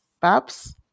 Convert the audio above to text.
Babs